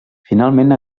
finalment